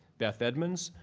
beth edmonds,